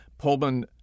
Pullman